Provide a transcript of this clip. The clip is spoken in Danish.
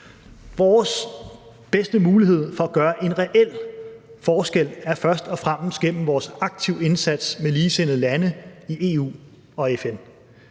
Vores bedste mulighed for at gøre en reel forskel er først og fremmest gennem vores aktive indsats med ligesindede lande i EU og FN,